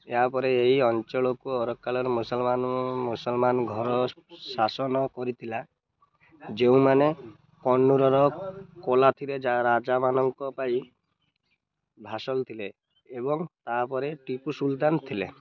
ଏହା ପରେ ଏହି ଅଞ୍ଚଳକୁ ଅରକ୍କାଲର ମୁସଲମାନ ମୁସଲମାନ ଘର ଶାସନ କରିଥିଲା ଯେଉଁମାନେ କନ୍ନୁରର କୋଲାଥିରି ରାଜାମାନଙ୍କ ପାଇଁ ଭାସାଲ ଥିଲେ ଏବଂ ତାପରେ ଟିପୁ ସୁଲତାନ ଥିଲେ